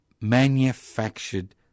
manufactured